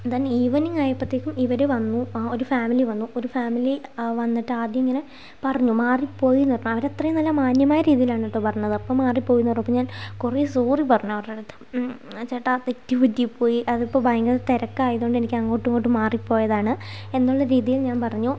then evening ആയപ്പോഴത്തേക്കും ഇവർ വന്നു ആ ഒരു ഫാമിലി വന്നു ഒരു ഫാമിലി വന്നിട്ട് ആദ്യം ഇങ്ങനെ പറഞ്ഞു മാറിപ്പോയിയെന്ന് അവരത്രയും നല്ല മാന്യമായ രീതിയിലാണ് കേട്ടോ പറഞ്ഞത് അപ്പം മാറിപ്പോയിയെന്ന് പറഞ്ഞപ്പോൾ ഞാൻ കുറെ സോറി പറഞ്ഞു അവരുടെ അടുത്ത് ചേട്ടാ തെറ്റ് പറ്റിപ്പോയി അതിപ്പോൾ ഭയങ്കര തിരക്കായതുകൊണ്ട് എനിക്ക് അങ്ങോട്ടും ഇങ്ങോട്ടും മാറിപ്പോയതാണ് എന്നുള്ള രീതിയിൽ ഞാൻ പറഞ്ഞു